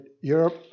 Europe